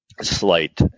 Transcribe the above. slight